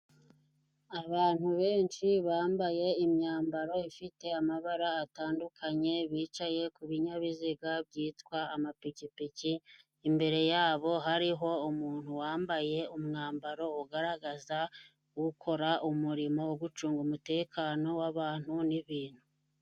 Abantu benshi bambaye imyambaro ifite amabara atandukanye, bicaye ku binyabiziga byitwa amapikipiki, imbere yabo hariho umuntu wambaye umwambaro ugaragaza, ukora umurimo wo gucunga umutekano w'abantu n'ibintu.